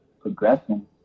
progressing